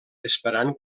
esperant